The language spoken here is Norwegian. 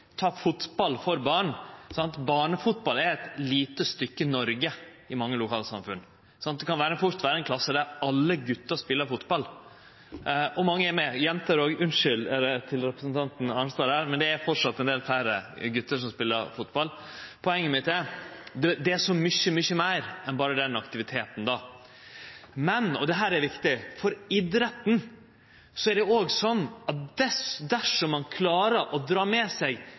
ta fotball for barn – barnefotball er eit lite stykke Noreg i mange lokalsamfunn. Det kan fort vere ein klasse der alle gutane spelar fotball – og mange er med, òg jenter. Eg vil seie unnskyld til representanten Arnstad, men det er framleis ein del fleire gutar som spelar fotball. Poenget mitt er at det er så mykje meir enn berre den aktiviteten. Men – og dette er viktig – for idretten er det slik at dersom ein klarer å dra med seg